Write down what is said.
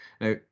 Now